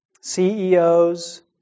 CEOs